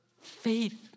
faith